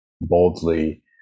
boldly